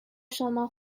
شما